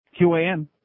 QAM